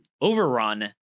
overrun